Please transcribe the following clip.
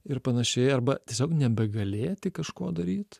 ir panašiai arba tiesiog nebegalėti kažko daryt